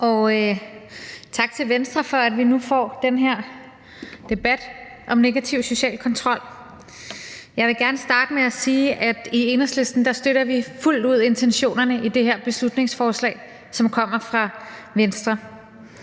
Og tak til Venstre for, at vi nu får den her debat om negativ social kontrol. Jeg vil gerne starte med at sige, at vi i Enhedslisten fuldt ud støtter intentionerne i det her beslutningsforslag, som kommer fra Venstre.